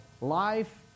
life